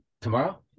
Tomorrow